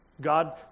God